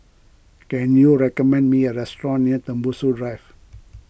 can you recommend me a restaurant near Tembusu Drive